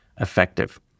effective